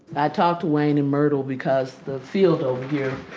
i talked to wayne and myrtle because the field over here,